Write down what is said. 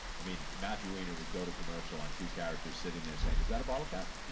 i mean, matthew weiner would go to commercial on two characters sitting there saying, is that a bottle cap?